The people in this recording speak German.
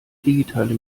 digitale